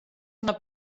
una